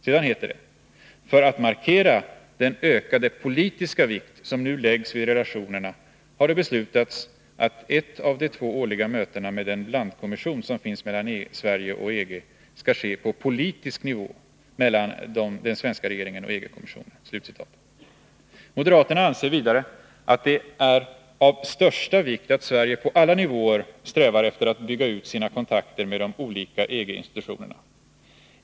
Sedan heter det: ”För att markera den ökade politiska vikt som nu läggs vid relationerna, har det beslutats att ett av de två årliga mötena med den blandkommission som finns mellan Sverige och EG skall ske på politisk nivå mellan den svenska regeringen och EG-kommissionen.” Moderaterna anser vidare att det är ”av största vikt att Sverige på alla nivåer strävar efter att bygga ut sina kontakter med de olika EG institutionerna.